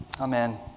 Amen